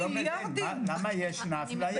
אני לא מבין למה יש אפליה?